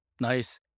Nice